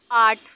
आठ